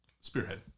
spearhead